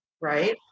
right